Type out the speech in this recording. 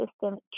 system